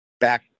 back